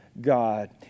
God